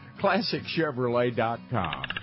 ClassicChevrolet.com